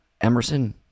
Emerson